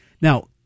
Now